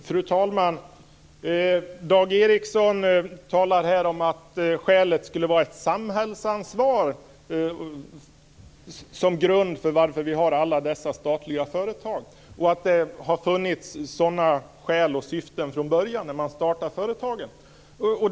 Fru talman! Dag Ericson talar om att skälet till att vi har alla dessa statliga företag skulle vara ett samhällsansvar och att sådana skäl och syften har funnits från början sedan företagen startades.